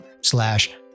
slash